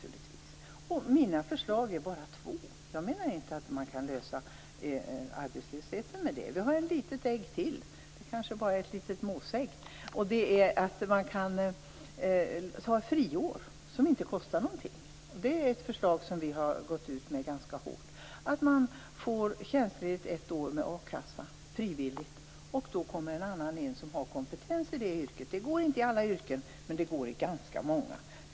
Mina förslag är bara två. Jag menar inte att man kan lösa arbetslösheten med det här. Det är ett förslag som vi har gått ut med ganska hårt. Man får tjänstledigt ett år med a-kassa, frivilligt, och då kommer en annan in som har kompetens i det yrket. Det går inte i alla yrken, men det går i ganska många.